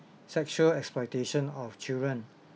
sexual exploitation of children